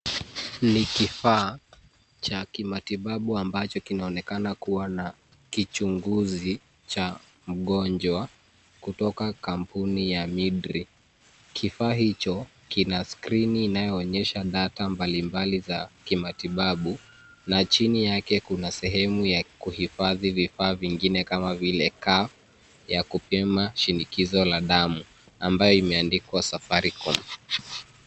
Ni kifaa cha kimatibabu ambacho kinaonekana kuwa na kichunguzi cha mgonjwa kutoka kampuni ya Midri. Kifaa hicho kina skrini inayonyesha data mbalimbali za kimatibabu na chini yake kuna sehemu ya kuhifadhi vifaa vingine kama vile kaa ya kupima shinikizo la damu ambayo imeandikwa Safaricom.